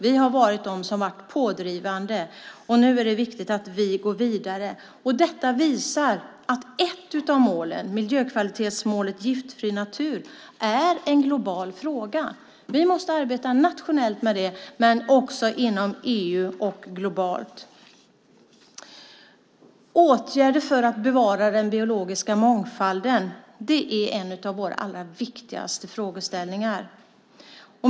Vi har varit de som har varit pådrivande, och nu är det viktigt att vi går vidare. Detta visar att ett av målen, miljökvalitetsmålet Giftfri miljö, är en global fråga. Vi måste arbeta nationellt med den men också inom EU och globalt. Åtgärder för att bevara den biologiska mångfalden är en av våra allra viktigaste frågeställningar.